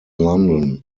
london